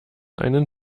einen